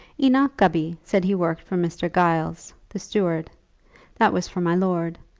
enoch gubby said he worked for mr. giles, the steward that was for my lord,